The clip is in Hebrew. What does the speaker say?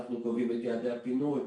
אנחנו קובעים את יעדי הפינוי,